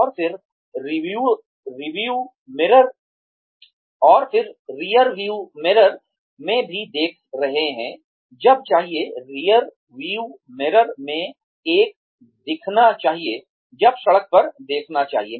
और फिर rearview mirror में भी देख रहे हैं जब चाहिए रियरव्यू मिरर में एक दिखना चाहिए जब सड़क पर देखना चाहिए